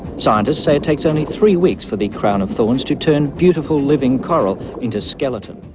scientists say it takes only three weeks for the crown-of-thorns to turn beautiful living coral into skeleton.